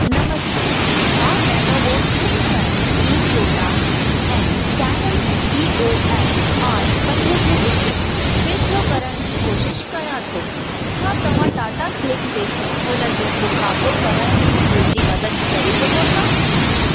नमस्ते मां Lenovo ThinkPad E चोॾहं ऐं Canon E O S R पंज जे विच फ़ेसिलो करणु जी कोशिशि कयां थो छा तव्हां टाटा क्लिक ते हुनजो मुकाबिलो करण में मुहिंजी मदद करे सघो था